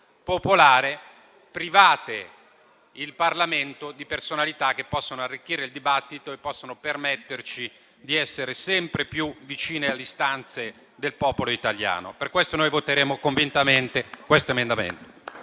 popolare, private il Parlamento di personalità che possono arricchire il dibattito e permetterci di essere sempre più vicini alle istanze del popolo italiano. Per tali ragioni esprimeremo convintamente un voto